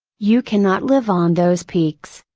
you cannot live on those peaks.